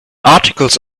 articles